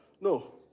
no